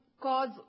cause